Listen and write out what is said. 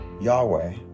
Yahweh